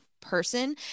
person